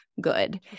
good